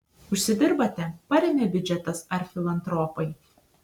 užsidirbate paremia biudžetas ar filantropai